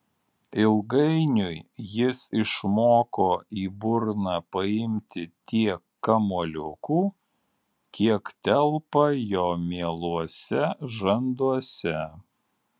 ilgainiui jis išmoko į burną paimti tiek kamuoliukų kiek telpa jo mieluose žanduose